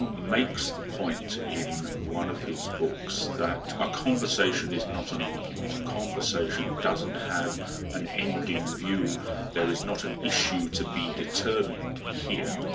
and makes the point in one of his books that a conversation is not an argument a conversation doesn't have an ending view there is not an issue to be determined here.